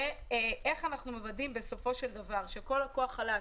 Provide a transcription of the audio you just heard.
איך אנחנו מוודאים בסופו של דבר שכל לקוח חלש